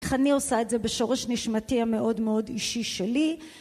אני עושה את זה בשורש נשמתי המאוד מאוד אישי שלי